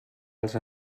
els